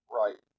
right